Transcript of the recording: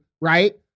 right